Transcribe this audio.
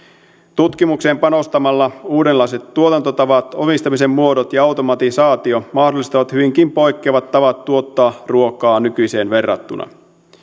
tutkimukseen panostamalla uudenlaiset tuotantotavat omistamisen muodot ja automatisaatio mahdollistavat hyvinkin poikkeavat tavat tuottaa ruokaa nykyiseen verrattuna